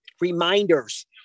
reminders